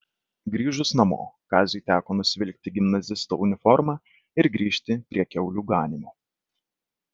grįžus namo kaziui teko nusivilkti gimnazisto uniformą ir grįžti prie kiaulių ganymo